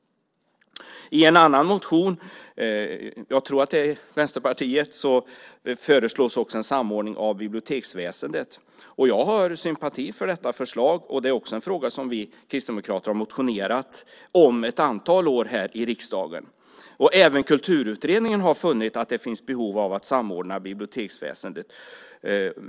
I en annan motion från Vänsterpartiet, tror jag, föreslås en samordning av biblioteksväsendet. Jag har sympati för detta förslag. Det är en fråga som vi kristdemokrater har motionerat om ett antal år här i riksdagen, och även Kulturutredningen har funnit att det finns behov av att samordna biblioteksväsendet.